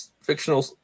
fictional